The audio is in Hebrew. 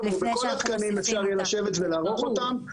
בכל התקנים אפשר יהיה לשבת ולערוך אותם.